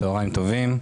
צוהריים טובים.